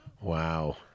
Wow